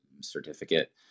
certificate